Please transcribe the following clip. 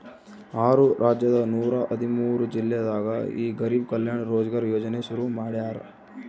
ಆರು ರಾಜ್ಯದ ನೂರ ಹದಿಮೂರು ಜಿಲ್ಲೆದಾಗ ಈ ಗರಿಬ್ ಕಲ್ಯಾಣ ರೋಜ್ಗರ್ ಯೋಜನೆ ಶುರು ಮಾಡ್ಯಾರ್